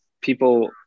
people